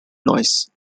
noise